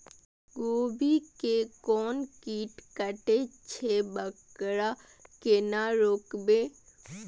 गोभी के कोन कीट कटे छे वकरा केना रोकबे?